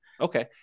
Okay